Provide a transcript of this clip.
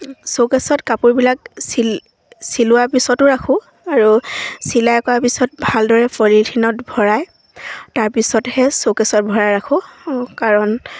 চৌকেছত কাপোৰবিলাক চিলোৱা পিছতো ৰাখোঁ আৰু চিলাই কৰাৰ পিছত ভালদৰে পলিথিনত ভৰাই তাৰপিছতহে শ্ব'কেছত ভৰাই ৰাখোঁ কাৰণ